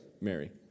Mary